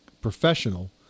professional